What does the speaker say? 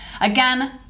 again